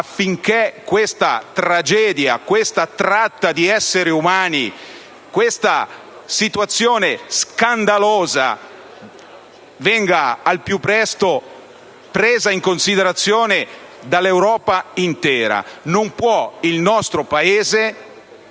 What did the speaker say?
affinché questa tragedia, questa tratta di esseri umani, questa situazione scandalosa venga al più presto presa in considerazione dall'Europa intera. Il nostro Paese